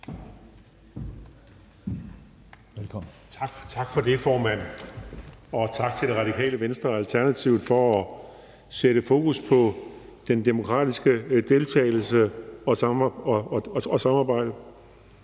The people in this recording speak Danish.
Tak for det, formand, og tak til Radikale Venstre og Alternativet for at sætte fokus på den demokratiske deltagelse og på samarbejdet.